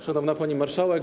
Szanowna Pani Marszałek!